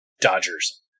Dodgers